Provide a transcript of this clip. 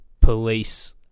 police